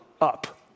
up